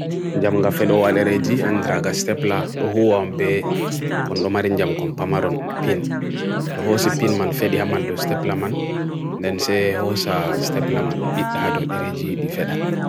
njamm gafelo al-Eregi andraga stepla dohu ambe kondomari njamm komparmaron pin dohosa pin man fedi haman dohosa stepla man ndense hosa stepla man bit dhaadot Eregi difeda